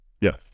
Yes